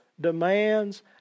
demands